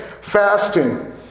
fasting